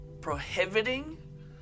prohibiting